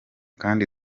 kandi